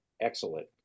excellent